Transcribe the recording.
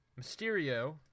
Mysterio